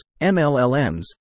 MLLMs